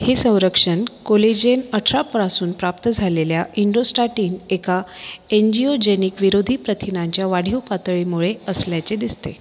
हे संरक्षण कोलेजेन अठरा पासून प्राप्त झालेल्या एन्डोस्टॅटिन एका एंजिओजेनिक विरोधी प्रथिनाच्या वाढीव पातळीमुळे असल्याचे दिसते